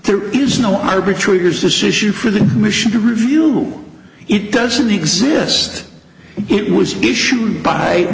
there is no arbitrators this issue for the mission to review it doesn't exist it was issued by